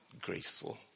Graceful